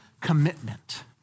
commitment